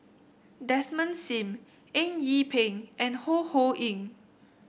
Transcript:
Desmond Sim Eng Yee Peng and Ho Ho Ying